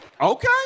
Okay